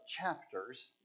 chapters